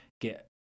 get